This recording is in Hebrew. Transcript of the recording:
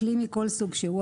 כלי מכל סוג שהוא,